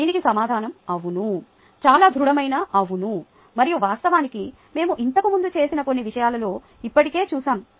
దీనికి సమాధానం అవును చాలా దృఢమైన అవును మరియు వాస్తవానికి మేము ఇంతకుముందు చేసిన కొన్ని విషయాలలో ఇప్పటికే చేసాము